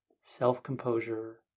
self-composure